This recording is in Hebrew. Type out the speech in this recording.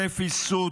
רפיסות.